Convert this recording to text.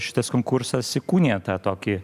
šitas konkursas įkūnija tą tokį